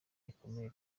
ikomeye